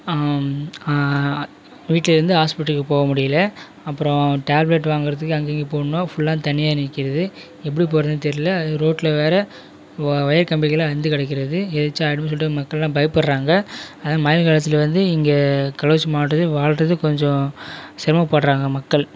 வீட்டிலேந்து ஹாஸ்பிட்டல்க்கு போக முடியல அப்புறோம் டேப்லெட் வாங்கிறதுக்கே அங்கே இங்கே போகன்னா ஃபுல்லாக தண்ணியாக நிற்கிறது எப்படி போகிறதுன் தெரியல அதுவும் ரோட்டில் வேறு ஓ ஒயர் கம்பிகள்லாக அறுந்து கிடைக்கிறது எதாச்சும் ஆகிடுமோன் சொல்கிட்டு மக்கள்லாம் பயப்புடுறாங்க அதனால் மழைக்காலத்தில் வந்து இங்கே கள்ளக்குறிச்சி மாவட்டத்தில் வாழ்கிறது கொஞ்சம் சிரமப்படுறாங்க மக்கள்